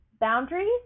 boundaries